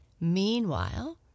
Meanwhile